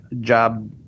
job